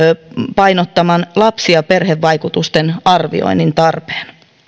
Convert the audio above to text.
painottaman lapsi ja perhevaikutusten arvioinnin tarpeen